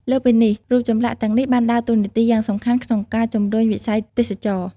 លើសពីនេះ រូបចម្លាក់ទាំងនេះបានដើរតួនាទីយ៉ាងសំខាន់ក្នុងការ ជំរុញវិស័យទេសចរណ៍។